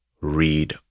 read